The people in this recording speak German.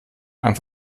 einem